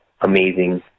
amazing